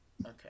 Okay